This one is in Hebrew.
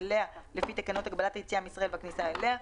אליה לפי תקנות הגבלת היציאה מישראל והכניסה אליה,